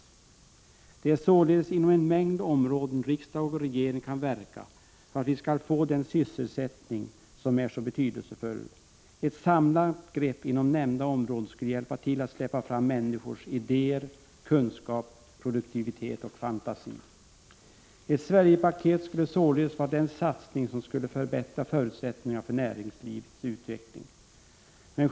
Riksdagen och regeringen kan således verka inom en mängd områden för att vi skall få den sysselsättning som är så betydelsefull. Ett samlat grepp inom nämnda områden skulle vara till hjälp när det gäller att släppa fram människors idéer, kunskaper, produktivitet och fantasi. Ett Sverigepaket skulle således vara den satsning som skulle förbättra förutsättningarna för näringslivets utveckling.